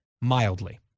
mildly